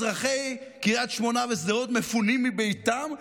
אזרחי קריית שמונה ושדרות מפונים מביתם,